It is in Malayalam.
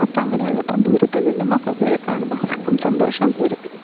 അപ്പോൾ അങ്ങനെ ഉള്ളപ്പോൾ ദൂരത്ത് നിന്നും മക്കൾക്ക് വരെ കാണുമ്പോൾ അവർക്കും സന്തോഷം ദൂരത്തിരിക്കുന്ന